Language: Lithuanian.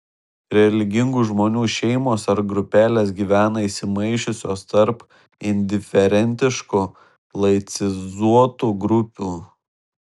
religingų žmonių šeimos ar grupelės gyvena įsimaišiusios tarp indiferentiškų laicizuotų grupių